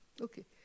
okay